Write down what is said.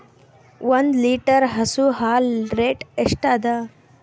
ಒಂದ್ ಲೀಟರ್ ಹಸು ಹಾಲ್ ರೇಟ್ ಎಷ್ಟ ಅದ?